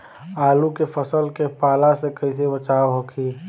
आलू के फसल के पाला से कइसे बचाव होखि?